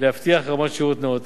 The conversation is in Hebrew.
להבטיח רמת שירות נאותה,